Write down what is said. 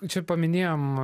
čia paminėjom